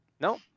No